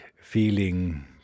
feeling